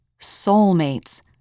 Soulmates